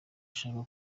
ushaka